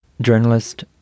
journalist